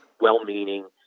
well-meaning